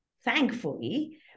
thankfully